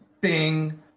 Bing